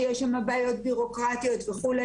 שיש שם בעיות בירוקרטיות וכולי,